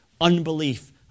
unbelief